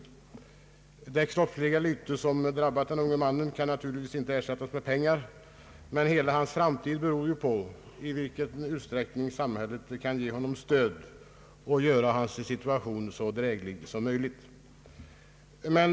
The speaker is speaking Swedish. Det kroppsliga lyte som drabbat den unge mannen kan naturligtvis inte ersättas med pengar, men hela hans framtid beror ju på i vilken utsträckning samhället kan ge honom stöd och göra hans situation så dräglig som möjligt.